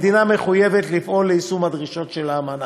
המדינה מחויבת לפעול ליישום הדרישות של האמנה.